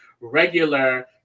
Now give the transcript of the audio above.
regular